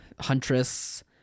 Huntress